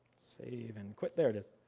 save and quit, there it is.